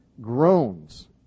groans